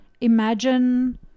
Imagine